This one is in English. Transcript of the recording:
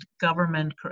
government